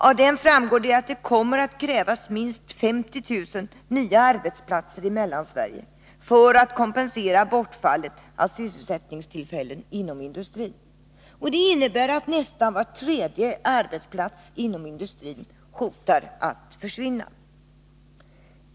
Av den framgår att det kommer att krävas minst 50 000 nya arbetsplatser i Mellansverige för att kompensera bortfallet av sysselsättningstillfällen inom industrin. Det innebär att nästan var tredje arbetsplats inom industrin hotar att försvinna.